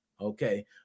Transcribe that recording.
Okay